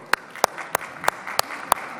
(מחיאות כפיים)